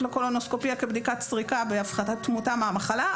לקולונוסקופיה כבדיקת סריקה בהפחתת תמותה מהמחלה,